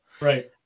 right